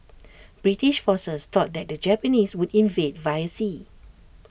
British forces thought that the Japanese would invade via sea